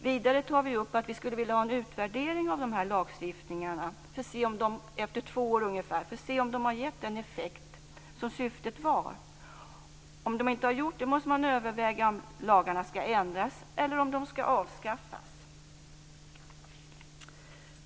Vidare tar vi upp att vi skulle vilja ha en utvärdering av dessa lagar efter ungefär två år för att se om de har gett den effekt som var syftet. Om de inte har gjort det måste man överväga om lagarna skall ändras eller om de skall avskaffas.